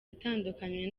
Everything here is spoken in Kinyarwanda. itandukanye